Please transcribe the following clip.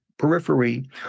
periphery